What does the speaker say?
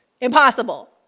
impossible